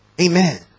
Amen